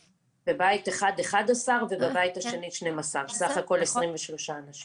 בבית אחד 11 ובבית השני 12, סך הכל 23 אנשים.